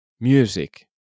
music